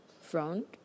front